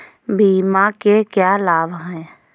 बीमा के क्या लाभ हैं?